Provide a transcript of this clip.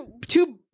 two